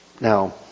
Now